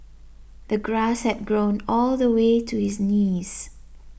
the grass had grown all the way to his knees